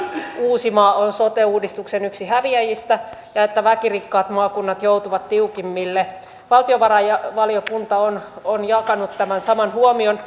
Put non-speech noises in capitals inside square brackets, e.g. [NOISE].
uusimaa on yksi sote uudistuksen häviäjistä ja että väkirikkaat maakunnat joutuvat tiukimmille valtiovarainvaliokunta on on jakanut tämän saman huomion [UNINTELLIGIBLE]